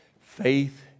faith